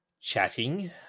chatting